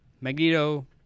Magneto